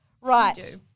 Right